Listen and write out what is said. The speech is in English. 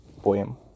poem